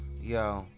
yo